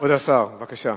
כבוד השר, בבקשה.